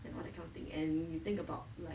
and all that kind of thing and you think about like